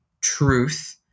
truth